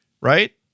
right